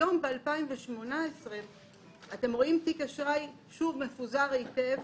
ב-2018 אתם רואים תיק אשראי מפוזר היטב,